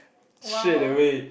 !wow!